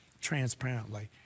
transparently